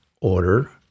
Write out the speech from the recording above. order